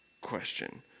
question